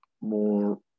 more